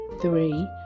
three